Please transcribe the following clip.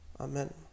Amen